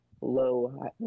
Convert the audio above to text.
low